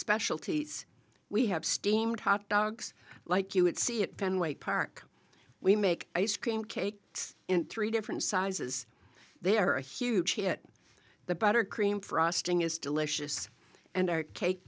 specialities we have steamed hot dogs like you would see it then wait park we make ice cream cake in three different sizes there are a huge hit the butter cream frosting is delicious and our cake